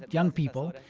young people,